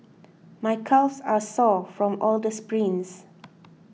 my calves are sore from all the sprints